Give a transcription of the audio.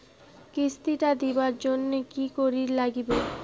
কিস্তি টা দিবার জন্যে কি করির লাগিবে?